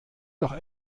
doch